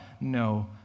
no